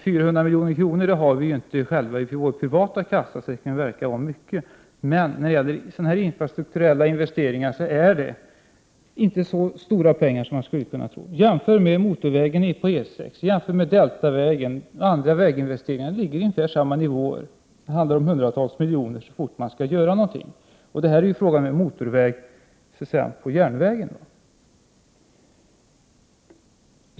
400 miljoner har vi ju inte i vår privata kassakista — det kan förefalla mycket. Men när det gäller sådana här infrastrukturella investeringar är det inte så stora pengar som man skulle kunna tro. Jämför med motorvägen på E 6! Jämför med Delta-vägen och andra väginvesteringar! Kostnaderna ligger på ungefär samma nivå. Det handlar om hundratals miljoner så fort man skall göra någonting. Och här gäller det ju så att säga en motorväg på järnvägen.